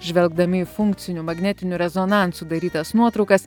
žvelgdami į funkciniu magnetiniu rezonansu darytas nuotraukas